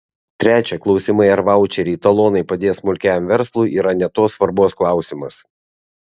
trečia klausimai ar vaučeriai talonai padės smulkiajam verslui yra ne tos svarbos klausimas